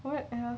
what else